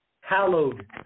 Hallowed